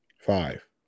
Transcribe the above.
Five